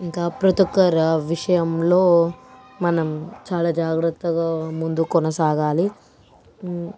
ఇంకా ప్రతి ఒక్కరి విషయంలో మనం చాలా జాగ్రత్తగా ముందు కొనసాగాలి